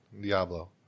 Diablo